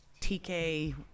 TK